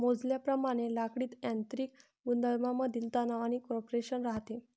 मोजल्याप्रमाणे लाकडीत यांत्रिक गुणधर्मांमधील तणाव आणि कॉम्प्रेशन राहते